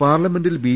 പാർലമെന്റിൽ ബി